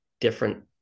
different